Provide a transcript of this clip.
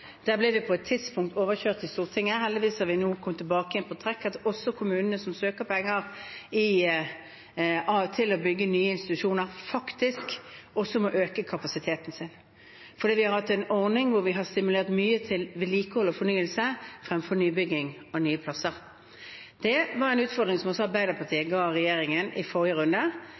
Der ble vi på et tidspunkt overkjørt i Stortinget – heldigvis er vi nå tilbake på sporet, slik at kommuner som søker om penger til å bygge nye institusjoner, også må øke kapasiteten sin. Vi har hatt en ordning som sterkt har stimulert til vedlikehold og fornyelse fremfor til nybygging og nye plasser. Det var en utfordring som også Arbeiderpartiet ga regjeringen i forrige runde,